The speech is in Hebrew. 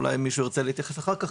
אולי מישהו ירצה להתייחס אחר-כך,